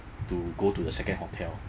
to go to the second hotel